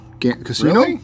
Casino